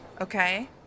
Okay